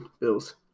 Bills